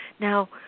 Now